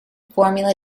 formula